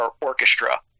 orchestra